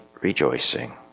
rejoicing